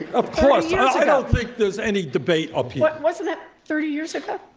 of course. i don't think there's any debate up here but wasn't that thirty years ago?